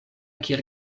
kiel